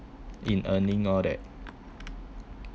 in earning all that